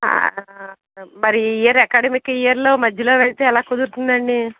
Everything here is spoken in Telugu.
మరి ఈ ఇయర్ అకాడమిక్ ఇయర్లో మధ్యలో వెళితే ఎలా కుదురుతుంది అండి